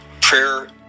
prayer